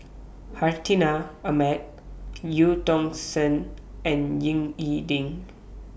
Hartinah Ahmad EU Tong Sen and Ying E Ding